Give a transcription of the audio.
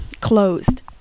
closed